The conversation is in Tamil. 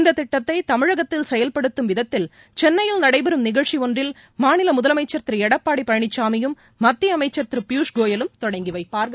இந்த திட்டத்தை தமிழகத்தில் செயல்படுத்தம் விதத்தில் சென்னையில் நடைபெறும் நிகழ்ச்சி ஒன்றில் மாநில முதலமைச்சர் திரு ளடப்பாடி பழனிசாமியும் மத்திய அமைச்சர் திரு பியூஷ் கோயலும் தொடங்கி வைப்பார்கள்